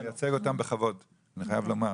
אתה מייצג אותם בכבוד, אני חייב לומר.